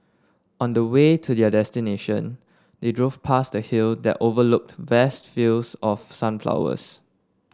on the way to their destination they drove past a hill that overlooked vast fields of sunflowers